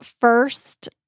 first